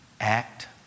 Act